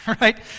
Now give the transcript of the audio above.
right